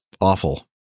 awful